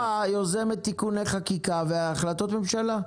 הפקידות הבכירה יוזמת תיקוני חקיקה והחלטות ממשלה.